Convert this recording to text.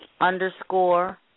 underscore